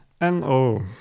no